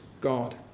God